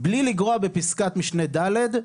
"בלי לגרוע בפסקת משנה (ד),